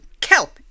kelp